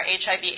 HIV